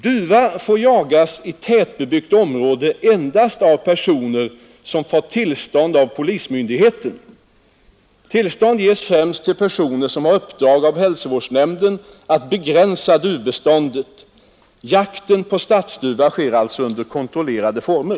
Duva får jagas i tätbebyggt område endast av personer som fått tillstånd av polismyndigheten. Tillstånd ges främst till personer som har uppdrag av hälsovårdsnämnden att begränsa duvbeståndet. Jakten på stadsduva sker alltså under kontrollerade former.